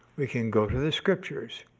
we can go to the scriptures.